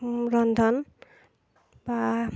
ৰন্ধন বা